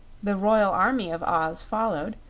the royal army of oz followed,